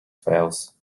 fails